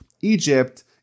Egypt